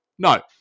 No